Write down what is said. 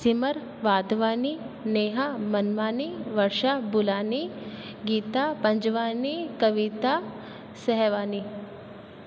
Simar Wadhwani Neha Manmani Varsha Bhulani Geeta Panjwani Kavita Sahewani